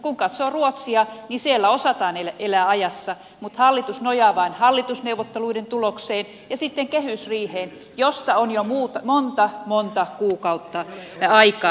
kun katsoo ruotsia niin siellä osataan elää ajassa mutta hallitus nojaa vain hallitusneuvotteluiden tulokseen ja sitten kehysriiheen josta on jo monta monta kuukautta aikaa